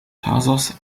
thasos